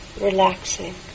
relaxing